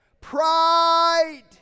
Pride